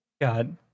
God